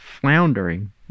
floundering